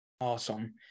awesome